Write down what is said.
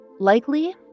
Likely